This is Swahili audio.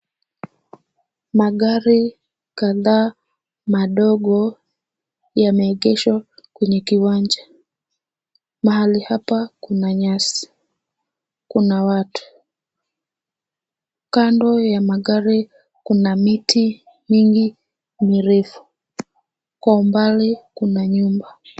Magari kadhaa madogo yameegeshwa kwenye kiwanja. Mahali hapa kuna nyasi, kuna watu. Kando ya magari kuna miti mingi mirefu. Kwa umbali kuna nyumba.